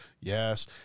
Yes